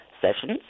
Sessions